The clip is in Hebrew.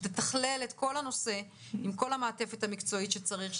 שתתחלל את כל הנושא עם כל המעטפת המקצועית שצריך,